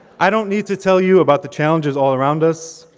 i don't need to tell you about the challenges all around us,